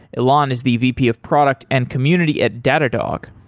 ilan is the vp of product and community at datadog.